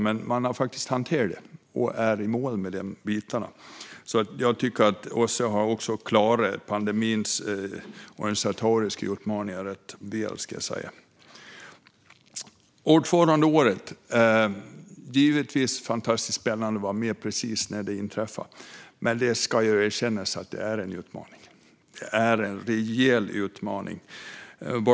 Men man har faktiskt hanterat det och är nu i mål med de bitarna, så jag tycker att OSSE har klarat också pandemins organisatoriska utmaningar rätt väl. Ordförandeåret - det är givetvis fantastiskt spännande att vara med precis när det inträffar, men det ska erkännas att det är en utmaning. Det är en rejäl utmaning.